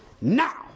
Now